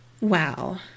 Wow